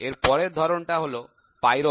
এরপরের ধরনটা হল উচ্চততাপ পরিমাপক যন্ত্র